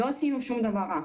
לא עשינו שום דבר רע.